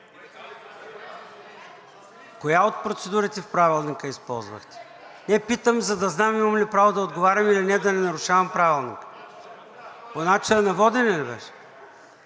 Коя от процедурите в Правилника използвахте? Питам, за да знам имам ли право да отговарям или не – да не нарушавам Правилника. По начина на водене ли беше?